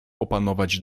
opanować